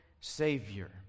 Savior